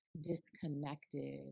disconnected